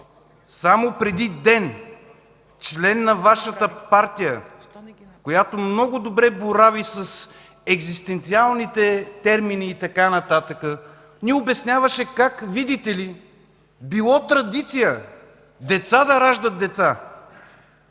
само преди ден член на Вашата партия, която много добре борави с екзистенциалните термини и така нататък, ни обясняваше как, видите ли, било традиция деца да раждат деца.